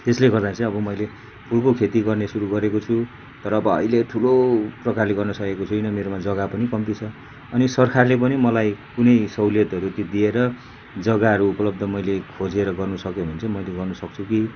त्यसले गर्दा चाहिँ अब मैले फुलको खेती गर्ने सुरु गरेको छु तर अब अहिले ठुलो प्रकारले गर्नु सकेको छुइनँ मेरोमा जग्गा पनि कम्ती छ अनि सरकारले पनि मलाई कुनै सहुलियतहरू ती दिएर जग्गाहरू उपलब्ध मैले खोजेर गर्नु सक्यो भने चाहिँ मैले गर्नु सक्छु कि